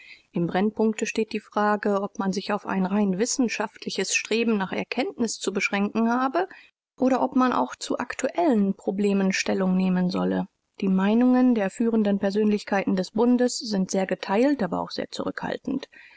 im brennpunkte steht die frage ob man sich auf ein rein wissenschaftl streben nach erkenntnis zu beschränken habe oder ob man auch zu aktuellen problemen stellung nehmen solle die meinungen der führenden persönlichkeiten des bundes sind sehr geteilt aber auch sehr zurückhaltend